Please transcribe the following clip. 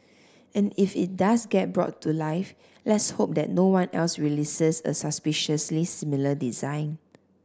and if it does get brought to life let's hope that no one else releases a suspiciously similar design